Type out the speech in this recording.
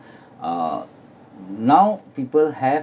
uh now people have